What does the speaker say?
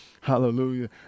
Hallelujah